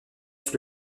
sous